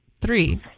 Three